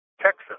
Texas